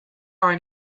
are